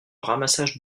ramassage